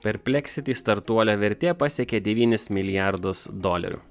perpleksiti startuolio vertė pasiekė devynis milijardus dolerių